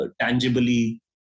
tangibly